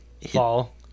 fall